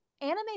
Anime